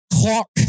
clock